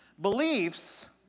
Beliefs